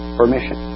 permission